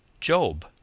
Job